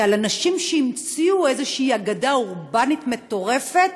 כעל אנשים שהמציאו איזושהי אגדה אורבנית מטורפת.